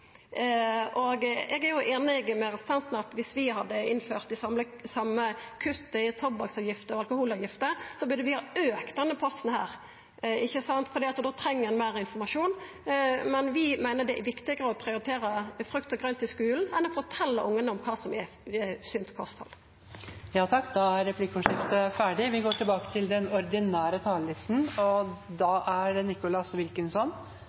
Eg er einig med representanten i at viss vi hadde innført dei same kutta i tobakks- og alkoholavgifta, burde vi ha auka denne posten, for då treng ein meir informasjon, men vi meiner det er viktigare å prioritera frukt og grønt i skulen enn å fortelja ungane om kva som er sunt kosthald. Da er replikkordskiftet omme. Jeg er veldig glad for at vi får vaksiner i desember, men vaksinene blir ikke satt av seg selv – vi trenger helsepersonell, og